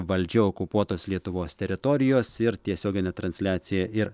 valdžia okupuotos lietuvos teritorijos ir tiesioginė transliacija ir